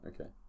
okay